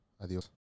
Adios